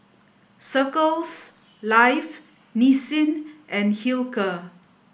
Circles Life Nissin and Hilker